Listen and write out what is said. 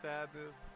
Sadness